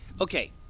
okay